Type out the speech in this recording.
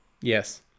yes